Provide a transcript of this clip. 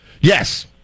Yes